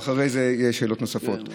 ואחרי זה יהיו שאלות נוספות.